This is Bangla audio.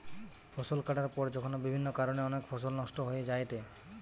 ফসল কাটার পর যখন বিভিন্ন কারণে অনেক ফসল নষ্ট হয়ে যায়েটে